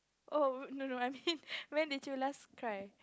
oh no no I mean when did you last cry